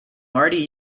already